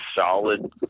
solid